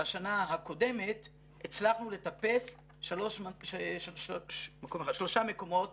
בשנה הקודמת הצלחנו לטפס שלושה מקומות